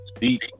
deep